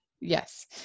yes